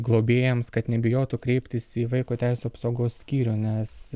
globėjams kad nebijotų kreiptis į vaiko teisių apsaugos skyrių nes